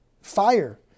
fire